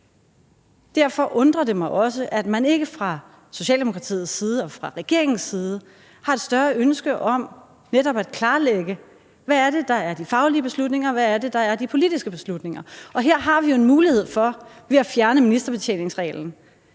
Derfor undrer det mig også, at man ikke fra Socialdemokratiets side og fra regeringens side har et større ønske om netop at klarlægge, hvad der er de faglige beslutninger, og hvad der er de politiske beslutninger. Her har vi jo ved at fjerne ministerbetjeningsreglen